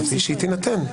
חכי שהיא תינתן.